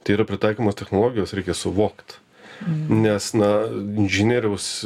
tai yra pritaikomos technologijos reikia suvokt nes na inžinieriaus na